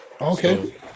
Okay